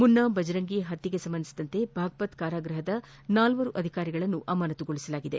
ಮುನ್ನಾ ಭಜರಂಗಿ ಪತ್ನೆಗೆ ಸಂಬಂಧಿಸಿದಂತೆ ಬಾಗ್ಪತ್ ಕಾರಾಗೃಹದ ನಾಲ್ವರು ಅಧಿಕಾರಿಗಳನ್ನು ಅಮಾನತ್ತುಗೊಳಿಸಲಾಗಿದೆ